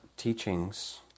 teachings